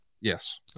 Yes